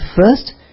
first